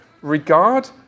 regard